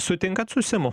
sutinkat su simu